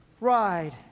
ride